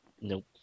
Nope